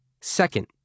Second